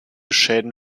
schäden